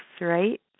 right